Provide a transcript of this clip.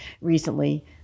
recently